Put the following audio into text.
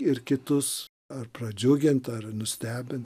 ir kitus ar pradžiugint ar nustebint